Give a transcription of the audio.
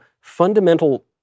fundamental